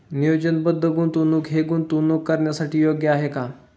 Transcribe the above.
नियोजनबद्ध गुंतवणूक हे गुंतवणूक करण्यासाठी योग्य आहे का?